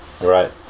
right